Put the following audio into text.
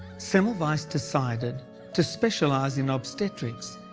semmelweis decided to specialise in obstetrics,